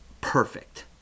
perfect